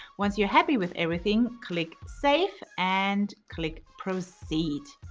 once you're happy with everything, click save and click proceed.